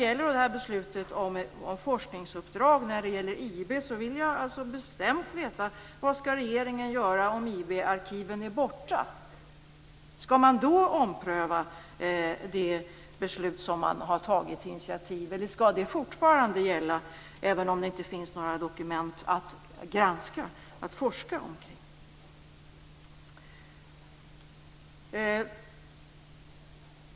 Angående beslutet om forskningsuppdrag när det gäller IB vill jag veta vad regeringen skall göra om arkiven är borta. Skall man då ompröva det beslut som man har fattat? Eller skall det fortfarande gälla även om det inte finns några dokument att granska och att forska om?